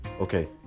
okay